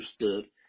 understood